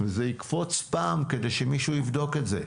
וזה יקפוץ פעם כדי שמישהו יבדוק את זה.